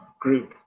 group